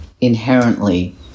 inherently